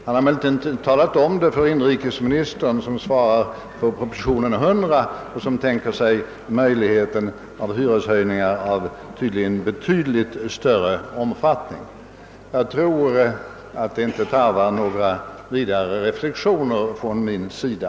Han har emellertid inte talat om det för inrikesministern, som svarade för propositionen 100 och som tydligen tänkte sig möjligheten av hyreshöjningar av betydligt större omfattning. Jag tycker att detta inte tarvar några vidare reflexioner från min sida.